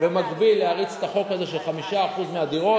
ובמקביל להריץ את החוק הזה של 5% מהדירות.